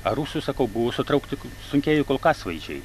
a rusų sakau buvo sutraukti sunkieji kulkasvaidžiai